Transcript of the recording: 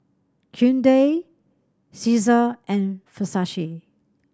Hyundai Cesar and Versace